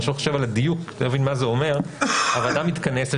אני חושב על הדיוק כדי להבין מה זה אומר הוועדה מתכנסת,